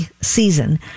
season